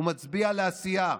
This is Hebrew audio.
הוא מצביע לעשייה.